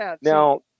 Now